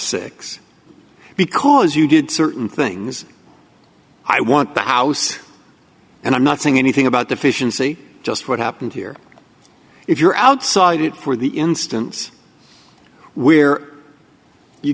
six because you did certain things i want the house and i'm not saying anything about deficiency just what happened here if you're outside it for the instance we're you